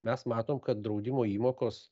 mes matom kad draudimo įmokos